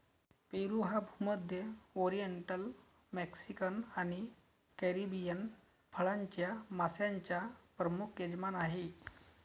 पेरू हा भूमध्य, oriental, Mexican आणि कॅरिबियन फळांच्या माश्यांचा प्रमुख यजमान आहे